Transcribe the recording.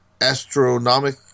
astronomic